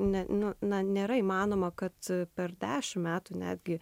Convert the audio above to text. ne ne na nėra įmanoma kad per dešimt metų netgi